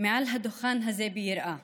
מעל הדוכן הזה ביראה,